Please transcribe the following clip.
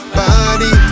body